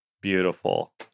Beautiful